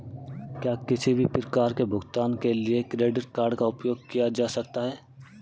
क्या किसी भी प्रकार के भुगतान के लिए क्रेडिट कार्ड का उपयोग किया जा सकता है?